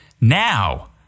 Now